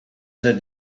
said